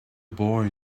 boy